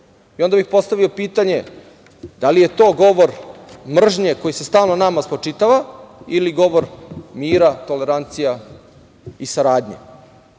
Onda bih postavio pitanje, da li je to govor mržnje koji se stalno nama spočitava ili govor mira, tolerancije i saradnje? Kažu